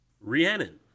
Rhiannon